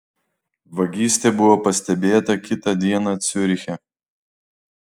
vagystė buvo pastebėta kitą dieną ciuriche